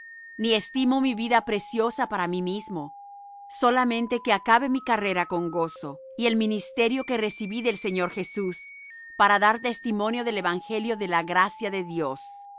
ni estimo mi vida preciosa para mí mismo solamente que acabe mi carrera con gozo y el ministerio que recibí del señor jesús para dar testimonio del evangelio de la gracia de dios